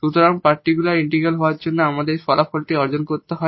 সুতরাং particular integral হওয়ার জন্য এই ফলাফলটি অর্জন করতে হয়